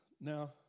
Now